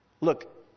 Look